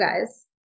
guys